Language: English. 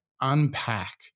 unpack